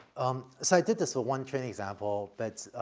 um, so i did this with one training example, but, ah,